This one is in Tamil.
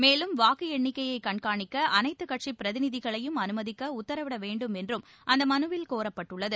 மேலும் வாக்கு எண்ணிக்கையை கண்காணிக்க அனைத்துக் கட்சிப் பிரதிநிதிகளையும் அனுமதிக்க உத்தரவிட வேண்டும் என்றும் அந்த மனுவில் கோரப்பட்டுள்ளது